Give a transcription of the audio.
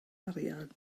arian